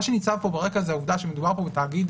מה שניצב כאן ברקע זאת העובדה שמדובר כאן בתאגיד,